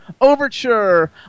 Overture